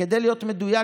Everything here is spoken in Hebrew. כדי להיות מדויק,